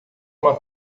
uma